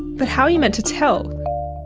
but how are you meant to tell?